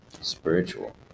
spiritual